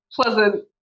pleasant